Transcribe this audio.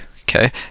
okay